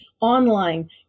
online